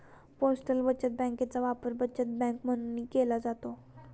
postal बचत बँकेचा वापर बचत बँक म्हणूनही केला जातो